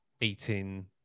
eating